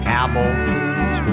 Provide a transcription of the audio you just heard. Cowboys